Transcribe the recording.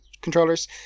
controllers